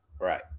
right